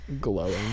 glowing